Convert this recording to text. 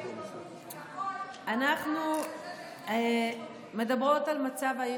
אנחנו מדברות על מצב,